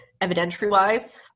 evidentiary-wise